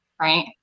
right